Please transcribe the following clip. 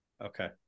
okay